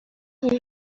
اون